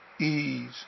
ease